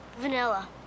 Vanilla